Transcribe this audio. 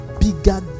bigger